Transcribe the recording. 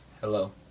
Hello